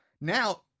Now